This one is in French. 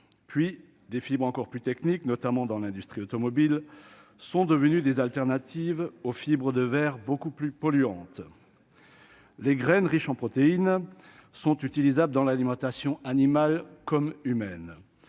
puis des fibres encore plus technique, notamment dans l'industrie automobile, sont devenus des alternatives aux fibres de verre beaucoup plus polluantes, les graines riches en protéines sont utilisables dans l'alimentation animale comme humaine,